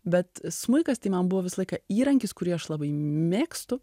bet smuikas tai man buvo visą laiką įrankis kurį aš labai mėgstu